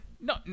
No